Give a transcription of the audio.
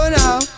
now